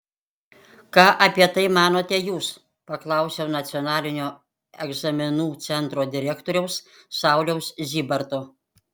ką apie tai manote jūs paklausiau nacionalinio egzaminų centro direktoriaus sauliaus zybarto